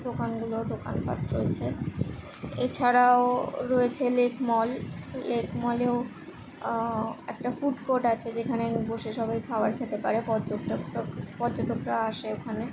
দোকানগুলো দোকানপাট চলছে এছাড়াও রয়েছে লেক মল লেক মলেও একটা ফুড কোর্ট আছে যেখানে বসে সবাই খাওয়ার খেতে পারে পর্যটক টক পর্যটকরা আসে ওখানে